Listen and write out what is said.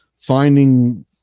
finding